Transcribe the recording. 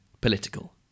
political –